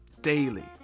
daily